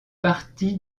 partie